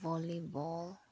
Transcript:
volleyball